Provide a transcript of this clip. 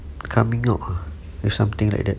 uh something like that